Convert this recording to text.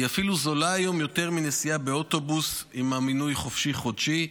היום היא אפילו זולה יותר מנסיעה באוטובוס עם מינוי חופשי-חודשי.